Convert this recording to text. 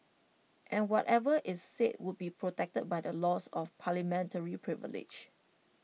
and whatever is said would be protected by the laws of parliamentary privilege